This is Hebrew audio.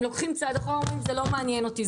הם לוקחים צעד אחורה ואומרים: זה לא מעניין אותי,